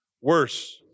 Worse